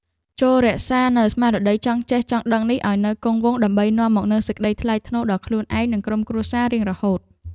ចូររក្សានូវស្មារតីចង់ចេះចង់ដឹងនេះឱ្យនៅគង់វង្សដើម្បីនាំមកនូវសេចក្តីថ្លៃថ្នូរដល់ខ្លួនឯងនិងក្រុមគ្រួសាររៀងរហូត។